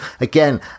again